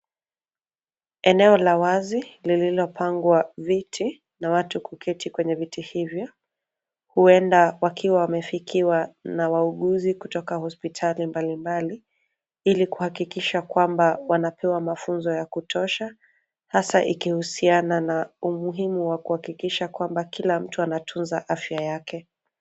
Eneo la wazi lililopangwa viti na watu kuketi kwenye viti hivyo. Huenda wakiwa wamefikiwa na wauguzi kutoka hospitali mbalimbali ili kuhakikisha kwamba wanapewa mafunzo ya kutosha hasa ikihusiana na umuhimu wa kuhakikisha kwamba, kila mtu anatunza afya yake.